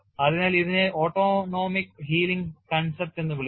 അതിനാൽ ഇതിനെ autonomic healing concept എന്ന് വിളിക്കുന്നു